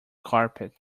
carpet